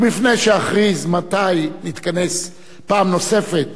ולפני שאכריז מתי נתכנס פעם נוספת